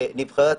נבחרי הציבור,